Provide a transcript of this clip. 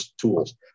tools